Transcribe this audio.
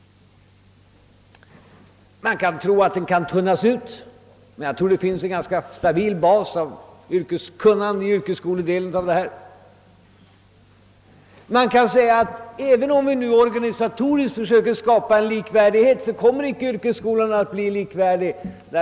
Det kan förefalla som om den skall tunnas ut, men jag tror att det finns en ganska stabil bas av yrkeskunnande i yrkesskoledelen på det gymnasiala stadiet. Och kommer verkligen yrkesskolan att bli likvärdig även om vi nu organisatoriskt försöker skapa likvärdighet?